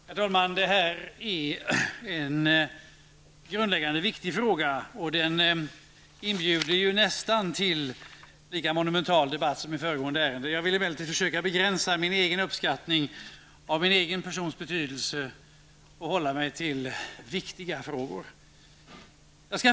Herr talman! Det rör sig här om en viktig fråga. Den inbjuder till en nästan lika monomental debatt som den vi hade i samband med föregående ärende. Jag skall emellertid försöka begränsa min egen uppskattning av min persons betydelse. I stället skall jag hålla mig till viktiga frågor.